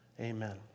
amen